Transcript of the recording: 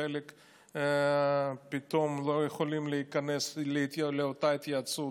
חלק פתאום לא יכולים להיכנס לאותה התייעצות.